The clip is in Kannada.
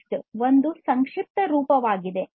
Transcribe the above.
ರೆಸ್ಟ್ ಒಂದು ಸಂಕ್ಷಿಪ್ತ ರೂಪವಾಗಿದೆ